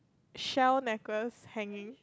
shell necklace hanging